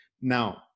Now